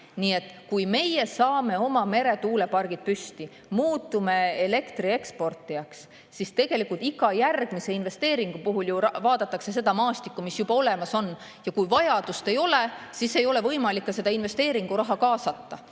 Nii et kui me saame oma meretuulepargid püsti, muutume elektri eksportijaks, siis iga järgmise investeeringu puhul ju vaadatakse seda maastikku, mis juba olemas on. Kui vajadust ei ole, siis ei ole võimalik ka investeeringuraha kaasata.